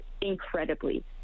incredibly